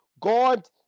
God